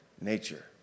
nature